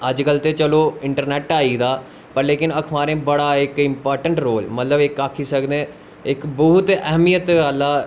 अज कल ते चलो इन्ट्रनैट आई गेदा व अखबारें इक बड़ा इम्पार्टैंट रोल अस आक्खी सकने इक बौह्त औह्मियत आह्ला